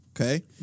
Okay